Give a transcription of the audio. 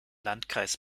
landkreis